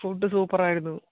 food super ആയിരുന്നു